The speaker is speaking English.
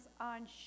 on